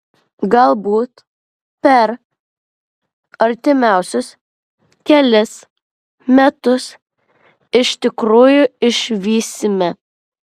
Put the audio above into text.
galbūt per artimiausius kelis metus iš tikrųjų išvysime